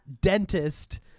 Dentist